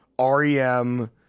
REM